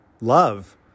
love